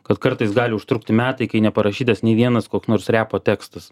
kad kartais gali užtrukti metai kai neparašytas nei vienas koks nors repo tekstas